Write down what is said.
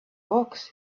books